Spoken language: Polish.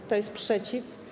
Kto jest przeciw?